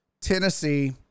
Tennessee